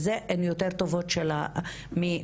הם יותר טובים משל הבנים.